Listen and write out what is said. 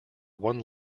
one